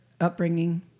upbringing